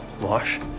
Wash